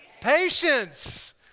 Patience